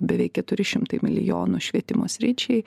beveik keturi šimtai milijonų švietimo sričiai